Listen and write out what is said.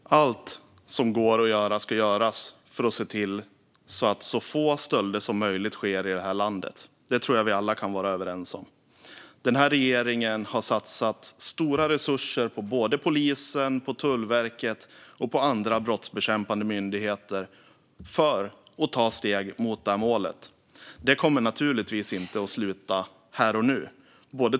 Herr talman! Allt som går att göra ska göras för att se till att så få stölder som möjligt sker i det här landet. Det tror jag att vi alla kan vara överens om. Den här regeringen har satsat stora resurser på polisen, Tullverket och andra brottsbekämpande myndigheter för att ta steg mot det målet. Det kommer naturligtvis inte att sluta här och nu.